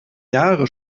jahre